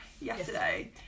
Yesterday